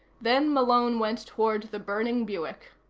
then malone went toward the burning buick.